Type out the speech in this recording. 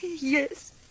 Yes